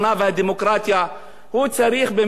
הוא צריך במשך כמעט שנה להתעסק,